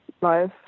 life